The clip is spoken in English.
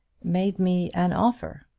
made me an offer.